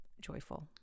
joyful